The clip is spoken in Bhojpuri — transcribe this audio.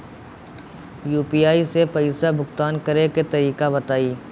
यू.पी.आई से पईसा भुगतान करे के तरीका बताई?